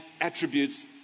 attributes